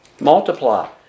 multiply